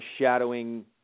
shadowing